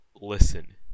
listen